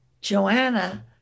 Joanna